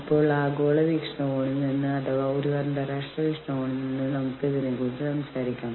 അതിനാൽ അംഗങ്ങളെ യൂണിയനിൽ വരുത്തുകയും ചേർക്കുകയും ചെയ്യുക എന്നതാണ് യൂണിയൻ അഭ്യർത്ഥന എന്നത് കൊണ്ട് ഉദ്ദേശിക്കുന്നത്